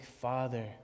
Father